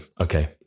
okay